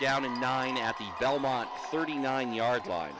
down to nine at the belmont thirty nine yard line